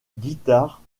guitare